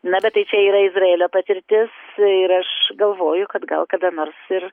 na bet tai čia yra izraelio patirtis ir aš galvoju kad gal kada nors ir